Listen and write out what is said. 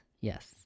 yes